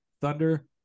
Thunder